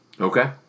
Okay